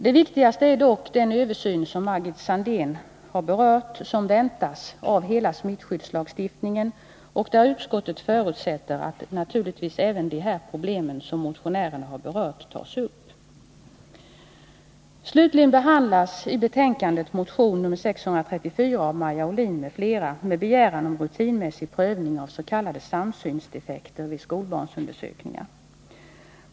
Det viktigaste skälet för utskottets avstyrkande är dock att en översyn av hela smittskyddslagstiftningen väntas bli genomförd, vilket Margit Sandéhn också har berört. Utskottet förutsätter att även de problem som motionärerna har pekat på tas upp i denna översyn. Slutligen behandlas i betänkandet motion nr 634 av Maja Ohlin m.fl. med begäran om rutinmässig prövning av s.k. samsynsdefekter vid skolbarnsundersökningar.